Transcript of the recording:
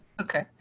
Okay